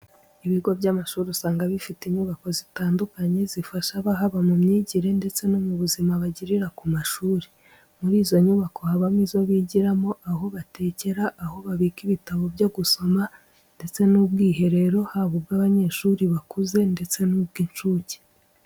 Ibigo by'amashuri usanga bifite inyubako zitandukanye zifasha abahaba mu myigire ndetse no buzima bagirira ku mashuri. Muri izo nyubako habamo izo bigiramo, aho batekera, aho babika ibitabo byo gusoma ndetse n'ubwiherero, haba ubw'abanyeshuri bakuze ndetse n'ubw'incuke.